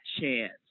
chance